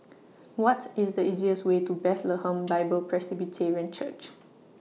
What IS The easiest Way to Bethlehem Bible Presbyterian Church